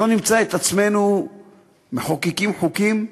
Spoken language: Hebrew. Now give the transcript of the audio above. שלא נמצא את עצמנו מחוקקים חוקים,